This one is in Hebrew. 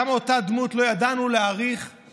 כמה לא ידענו להעריך את אותה דמות,